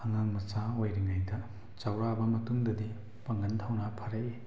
ꯑꯉꯥꯡ ꯃꯆꯥ ꯑꯣꯏꯔꯤꯉꯩꯗ ꯆꯥꯎꯔꯛꯑꯕ ꯃꯇꯨꯡꯗꯗꯤ ꯄꯥꯡꯒꯜ ꯊꯧꯅꯥ ꯐꯔꯛꯏ